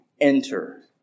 Enter